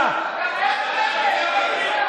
כנסת מתנגדים.